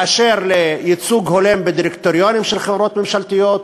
באשר לייצוג הולם בדירקטוריונים של חברות ממשלתיות,